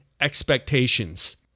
expectations